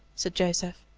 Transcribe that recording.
said joseph.